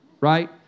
right